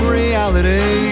reality